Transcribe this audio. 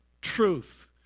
truth